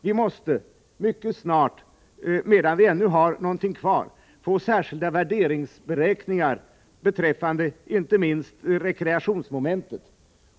Vi måste mycket snart, medan vi ännu har någonting kvar, få särskilda värderingsberäkningar beträffande inte minst rekreationsmomentet.